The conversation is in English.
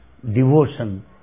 devotion